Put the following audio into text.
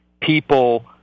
people